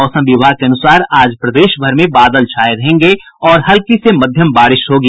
मौसम विभाग के अनुसार आज प्रदेश भर में बादल छाये रहेंगे और हल्की से मध्यम बारिश होगी